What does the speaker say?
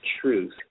truth